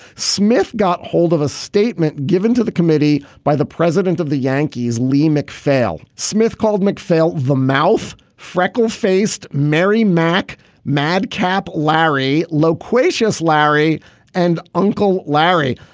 smith got hold of a statement given to the committee by the president of the yankees lee macphail. smith called macphail the mouth freckle faced mary mac madcap larry loquacious larry and uncle larry.